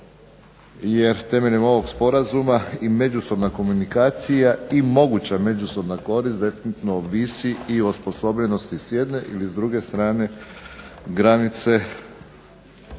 jer temeljem ovog sporazuma i međusobna komunikacija, i moguća međusobna korist definitivno ovisi i o osposobljenosti s jedne ili s druge strane granice